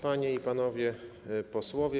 Panie i Panowie Posłowie!